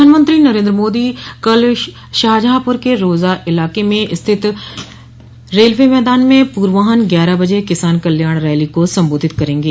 प्रधानमंत्री नरेन्द्र मोदी कल शाहजहांपुर के रोजा इलाके में स्थित रेलवे मैदान में पूर्वान्ह ग्यारह बजे किसान कल्याण रैली को संबोधित करेंगे